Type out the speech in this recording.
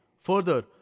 Further